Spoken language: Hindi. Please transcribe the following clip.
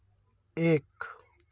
एक